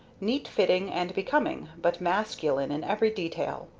neat-fitting and becoming, but masculine in every detail.